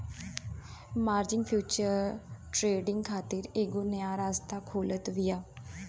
margin future trading खातिर एगो नया रास्ता खोलत बिया